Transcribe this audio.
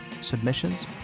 submissions